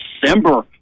December